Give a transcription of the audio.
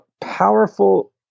powerful